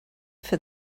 for